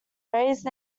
raised